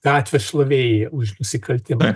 gatvės šlavėją už nusikaltimą